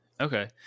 Okay